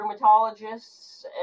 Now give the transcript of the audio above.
rheumatologists